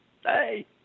Hey